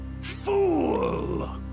Fool